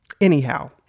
anyhow